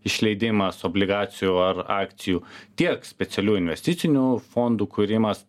išleidimas obligacijų ar akcijų tiek specialių investicinių fondų kūrimas